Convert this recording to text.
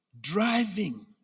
driving